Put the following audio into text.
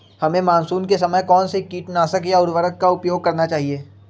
हमें मानसून के समय कौन से किटनाशक या उर्वरक का उपयोग करना चाहिए?